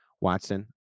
Watson